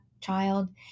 child